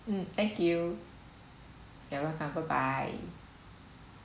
mm thank you you're welcome bye bye